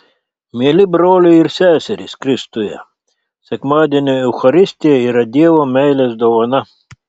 mieli broliai ir seserys kristuje sekmadienio eucharistija yra dievo meilės dovana